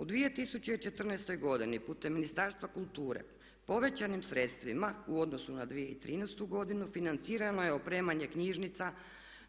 U 2014. godini putem Ministarstva kulture povećanim sredstvima u odnosu na 2013. godinu financirano je opremanje knjižnica,